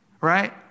right